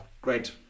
great